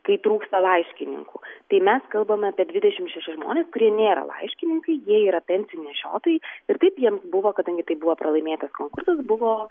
kai trūksta laiškininkų tai mes kalbame apie dvidešimt šešis žmones kurie nėra laiškininkai jie yra pensijų nešiotojai ir taip jiems buvo kadangi tai buvo pralaimėtas konkursas buvo